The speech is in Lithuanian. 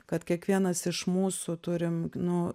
kad kiekvienas iš mūsų turim nu